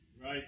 Right